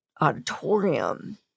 auditorium